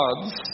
gods